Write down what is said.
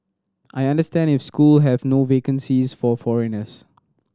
I understand if school have no vacancies for foreigners